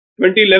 2011